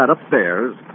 upstairs